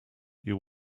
you